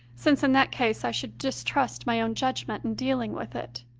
since in that case i should distrust my own judg ment in dealing with it.